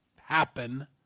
happen